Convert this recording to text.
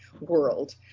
world